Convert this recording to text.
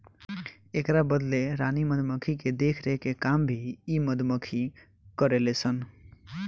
एकरा बदले रानी मधुमक्खी के देखरेख के काम भी इ मधुमक्खी करेले सन